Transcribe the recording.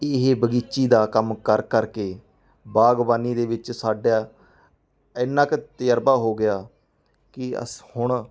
ਇਹ ਬਗੀਚੀ ਦਾ ਕੰਮ ਕਰ ਕਰ ਕੇ ਬਾਗਬਾਨੀ ਦੇ ਵਿੱਚ ਸਾਡਾ ਇੰਨਾਂ ਕੁ ਤਜ਼ਰਬਾ ਹੋ ਗਿਆ ਕਿ ਅਸੀਂ ਹੁਣ